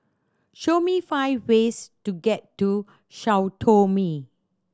show me five ways to get to Sao Tome